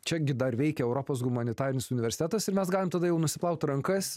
čia gi dar veikia europos humanitarinis universitetas ir mes galim tada jau nusiplaut rankas